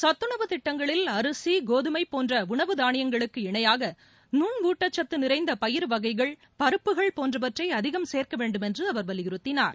சத்துணவு திட்டங்களில் அரிசி கோதுமை போன்ற உணவு தானியங்களுக்கு இணையாக நுண்வூட்டச்சத்து நிறைந்த பயறு வகைகள் பருப்புகள் போன்றவற்றை அதிகம் சேர்க்க வேண்டுமென்று அவர் வலியுறுத்தினார்